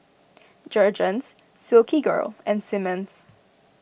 Jergens Silkygirl and Simmons